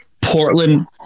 Portland